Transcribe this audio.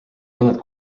mõned